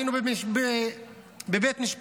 לפני שבוע היינו בבית משפט,